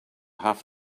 have